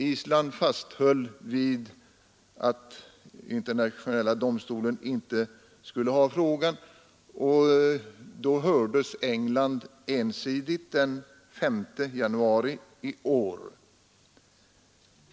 Island fasthöll vid att Internationella domstolen inte skulle handlägga frågan, och då hördes England ensidigt den 5 januari i år.